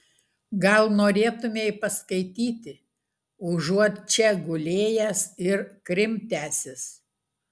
gal norėtumei paskaityti užuot čia gulėjęs ir krimtęsis